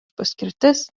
paskirtis